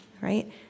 right